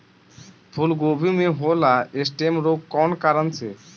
फूलगोभी में होला स्टेम रोग कौना कारण से?